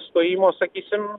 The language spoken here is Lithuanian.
stojimo sakysim